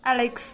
Alex